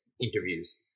interviews